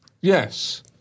Yes